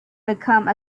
become